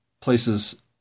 places